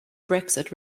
brexit